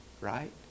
right